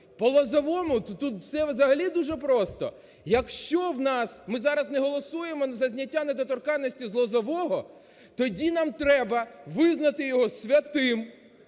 По Лозовому, то тут все взагалі дуже просто. Якщо в нас, ми зараз не голосуємо за зняття недоторканності з Лозового, тоді нам треба визнати його святим.